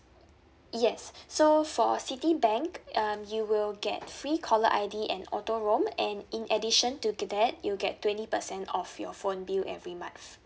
yes so for citibank uh you will get free caller I_D and auto roam and in addition to that you get twenty percent off your phone bill every month